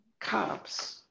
cops